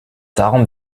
darum